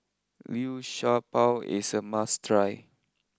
Liu Sha Bao is a must try